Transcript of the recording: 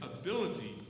ability